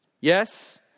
Yes